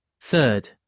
Third